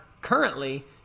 currently